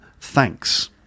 Thanks